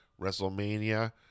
WrestleMania